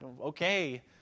okay